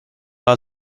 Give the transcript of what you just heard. ajal